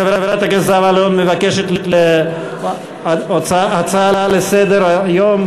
חברת הכנסת זהבה גלאון מבקשת הצעה לסדר הדיון,